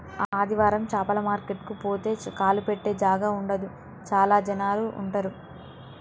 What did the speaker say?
ఆదివారం చాపల మార్కెట్ కు పోతే కాలు పెట్టె జాగా ఉండదు చాల జనాలు ఉంటరు